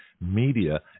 media